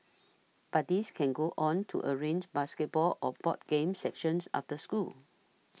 buddies can go on to arrange basketball or board games sections after school